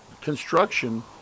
construction